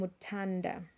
Mutanda